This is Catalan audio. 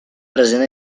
present